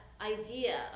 idea